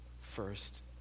first